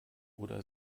oder